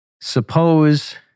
Suppose